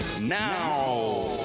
Now